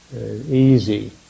easy